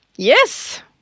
Yes